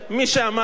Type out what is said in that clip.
תודה רבה, אדוני.